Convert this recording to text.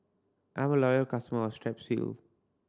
I'm a loyal customer of Strepsil